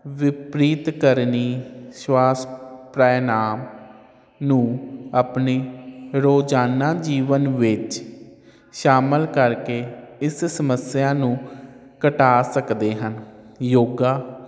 ਵਿਪ੍ਰੀਤ ਕਰਨੀ ਸਵਾਸ ਪ੍ਰਾਣਾਯਾਮ ਨੂੰ ਆਪਣੀ ਰੋਜ਼ਾਨਾ ਜੀਵਨ ਵਿੱਚ ਸ਼ਾਮਿਲ ਕਰਕੇ ਇਸ ਸਮੱਸਿਆ ਨੂੰ ਘਟਾ ਸਕਦੇ ਹਨ ਯੋਗਾ ਰਾਤ ਨੂੰ